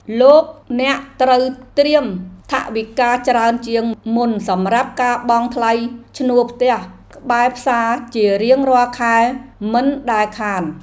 លោកអ្នកត្រូវត្រៀមថវិកាច្រើនជាងមុនសម្រាប់ការបង់ថ្លៃឈ្នួលផ្ទះក្បែរផ្សារជារៀងរាល់ខែមិនដែលខាន។